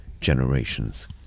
generations